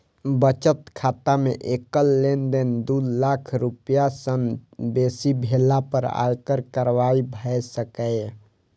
बचत खाता मे एकल लेनदेन दू लाख रुपैया सं बेसी भेला पर आयकर कार्रवाई भए सकैए